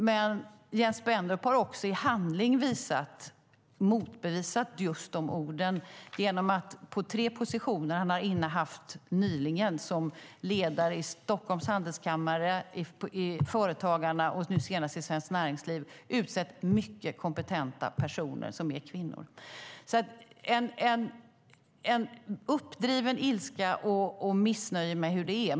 Jens Spendrup har också i handling motbevisat de orden genom att på de tre positioner han har innehavt nyligen som ledare i Stockholms Handelskammare, Företagarna och nu senast i Svenskt Näringsliv ha utsett mycket kompetenta personer som är kvinnor. Det finns en uppdriven ilska och missnöje med hur det är.